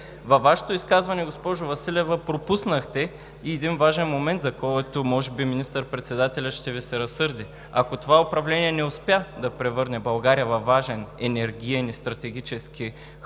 Във Вашето изказване, госпожо Василева, пропуснахте и един важен момент, за който може би министър-председателят ще Ви се разсърди. Ако това управление не успя да превърне България във важен енергиен и стратегически хъб